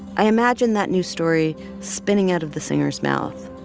i imagine that new story spinning out of the singer's mouth,